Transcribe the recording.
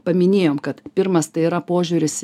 paminėjom kad pirmas tai yra požiūris